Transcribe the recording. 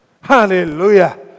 Hallelujah